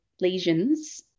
lesions